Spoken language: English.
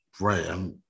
Right